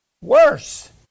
worse